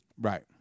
Right